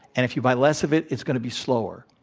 and if you buy less of it, it's going to be slower.